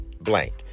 blank